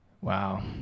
Wow